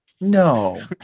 no